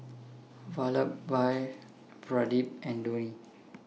Vallabhbhai Pradip and Dhoni